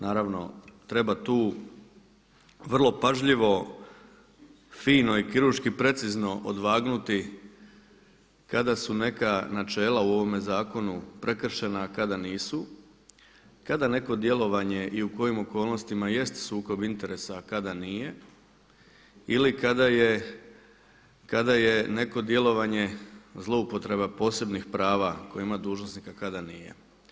Naravno treba tu vrlo pažljivo, fino i kirurški precizno odvagnuti kada su neka načela u ovome zakonu prekršena, a kada nisu, kada neko djelovanje i u kojim okolnostima jest sukob interesa, a kada nije ili kada je neko djelovanje zloupotreba posebnih prava koje ima dužnosnik, a kada nije.